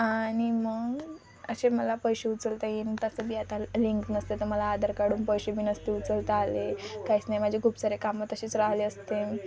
आणि मग असे मला पैसे उचलता येईन तसं बी आता लिंक नसते तर मला आधार कार्डून पैसे बी नसते उचलता आले काहीच नाही माझे खूप सारे कामं तसेच राहिले असते